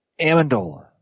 Amendola